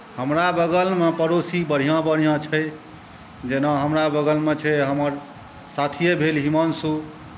हमरा बगलमे पड़ोसी बढ़िआँ बढ़िआँ छै जेना हमरा बगलमे छै हमर साथिए भेल हिमान्शु